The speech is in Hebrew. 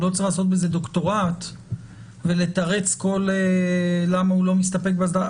הוא לא צריך לעשות בזה דוקטורט ולתרץ למה הוא לא מסתפק באסדרה,